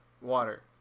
water